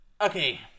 okay